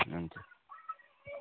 हुन्छ